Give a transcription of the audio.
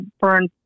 burn